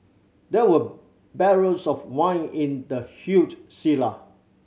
there were barrels of wine in the huge cellar